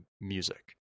music